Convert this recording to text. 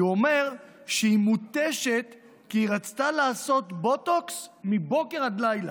הוא אומר שהיא מותשת כי היא רצתה לעשות בוטוקס מבוקר עד לילה.